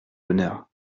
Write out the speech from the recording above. honneur